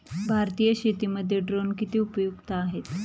भारतीय शेतीमध्ये ड्रोन किती उपयुक्त आहेत?